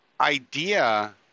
idea